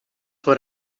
what